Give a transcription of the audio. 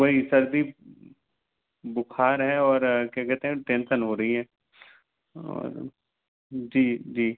वही सर्दी बुख़ार है और क्या कहते हैं टेन्सन हो रही है और जी जी